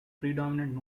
predominant